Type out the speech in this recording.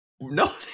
No